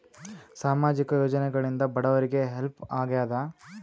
ಸಾಮಾಜಿಕ ಯೋಜನೆಗಳಿಂದ ಬಡವರಿಗೆ ಹೆಲ್ಪ್ ಆಗ್ಯಾದ?